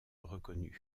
reconnues